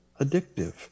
addictive